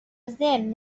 ضمن